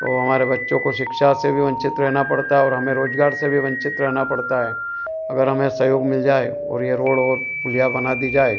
तो हमारे बच्चों को शिक्षा से भी वन्चित रहना पड़ता है और हमें रोज़गार से भी वन्चित रहना पड़ता है अगर हमें सहयोग मिल जाए और यह रोड और पुलिया बना दी जाए